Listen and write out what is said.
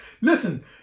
Listen